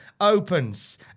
opens